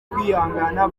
kwihangana